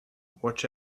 watch